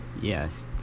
yes